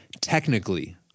technically